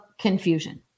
confusion